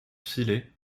filet